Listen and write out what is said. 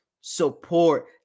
support